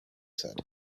said